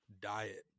diet